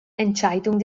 entscheidung